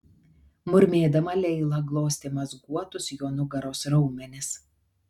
murmėdama leila glostė mazguotus jo nugaros raumenis